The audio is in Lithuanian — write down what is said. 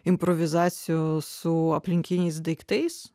improvizacijos su aplinkiniais daiktais